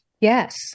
Yes